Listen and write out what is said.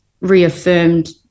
reaffirmed